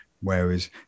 whereas